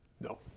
No